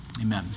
Amen